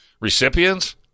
recipients